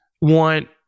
want